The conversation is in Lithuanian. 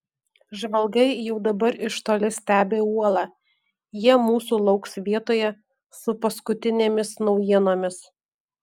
žvalgai jau dabar iš toli stebi uolą jie mūsų lauks vietoje su paskutinėmis naujienomis